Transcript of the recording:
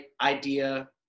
idea